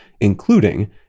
including